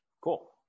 Cool